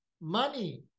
money